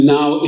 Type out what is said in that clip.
Now